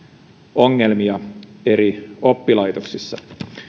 ongelmia eri oppilaitoksissa